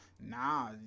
nah